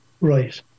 Right